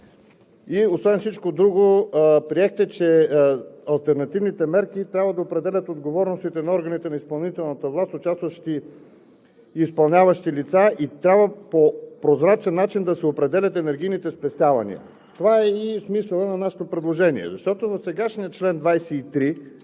Освен всичко друго приехте, че алтернативните мерки трябва да определят отговорностите на органите на изпълнителната власт, участващи и изпълняващи лица и по прозрачен начин трябва да се определят енергийните спестявания. Това е и смисълът на нашето предложение. Защото в сегашния чл. 23,